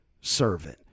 servant